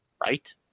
Right